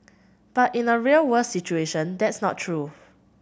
but in a real world situation that's not true